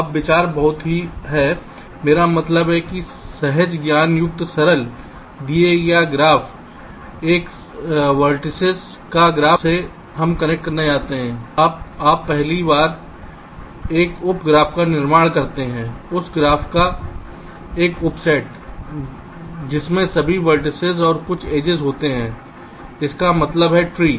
अब विचार बहुत ही है मेरा मतलब है कि सहज ज्ञान युक्त सरल दिए गया ग्राफ़ एक वर्सेस वेर्तिसेस का ग्राफ जिसे हम कनेक्ट करना चाहते हैं आप पहली बार एक उप ग्राफ़ का निर्माण करते हैं उस ग्राफ़ का एक उप सेट जिसमें सभी वेर्तिसेस और कुछ एजेस होते हैं इसका मतलब है ट्री